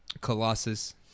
Colossus